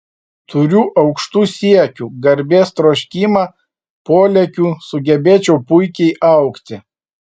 turiu aukštų siekių garbės troškimą polėkių sugebėčiau puikiai augti